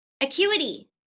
Acuity